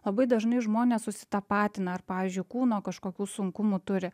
labai dažnai žmonės susitapatina ar pavyzdžiui kūno kažkokių sunkumų turi